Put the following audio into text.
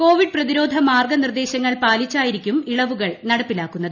Covid പ്രതിരോധ മാർഗ്ഗനിർദ്ദേശങ്ങൾ പാലിച്ചായിരിക്കും ഇളവുകൾ നടപ്പിലാക്കുന്നത്